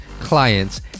clients